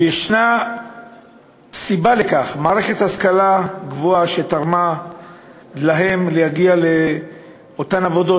ויש סיבה לכך: מערכת השכלה גבוהה שגרמה להם להגיע לאותן עבודות